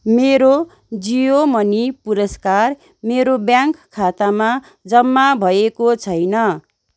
मेरो जियो मनी पुरस्कार मेरो ब्याङ्क खातामा जम्मा भएको छैन